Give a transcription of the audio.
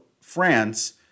France